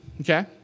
okay